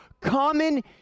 common